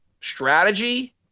strategy